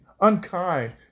unkind